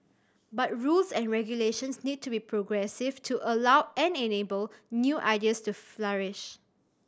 but rules and regulations need to be progressive to allow and enable new ideas to flourish